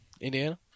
Indiana